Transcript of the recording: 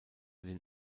den